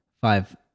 five